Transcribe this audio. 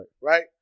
Right